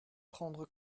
prendre